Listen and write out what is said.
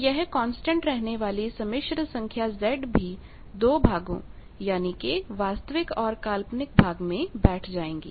तो यह कांस्टेंट रहने वाली सम्मिश्रसंख्या Z भी दो भागों यानी कि वास्तविक और काल्पनिक भाग में बैठ जाएगी